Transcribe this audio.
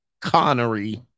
Connery